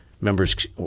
members